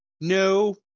No